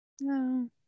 No